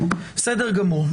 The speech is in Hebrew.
בסדר גמור.